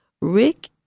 Rick